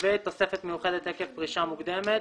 ותוספת מיוחדת עקב פרישה מוקדמת,